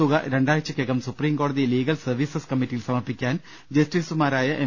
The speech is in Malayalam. തുക രണ്ടാഴ്ചയ്ക്കകം സുപ്രീം കോടതി ലീഗൽ സർവീസസ് കമ്മിറ്റിയിൽ സമർപ്പിക്കാൻ ജസ്റ്റിസുമാരായ എം